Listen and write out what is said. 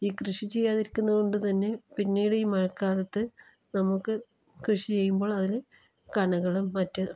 ഈ കൃഷി ചെയ്യാതിരിക്കുന്നത് കൊണ്ട് തന്നെ പിന്നീട് ഈ മഴക്കാലത്ത് നമുക്ക് കൃഷി ചെയ്യുമ്പോൾ അതിൽ കളകളും മറ്റും